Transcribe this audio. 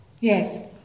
Yes